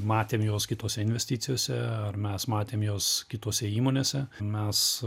matėm juos kitose investicijose ar mes matėm juos kitose įmonėse mes